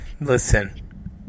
Listen